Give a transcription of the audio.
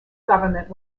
government